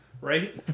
right